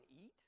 eat